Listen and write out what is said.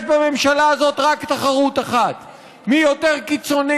יש בממשלה הזאת רק תחרות אחת: מי יותר קיצוני,